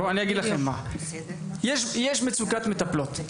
אגיד לכם מה, יש מצוקת מטפלות.